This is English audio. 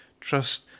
trust